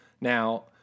Now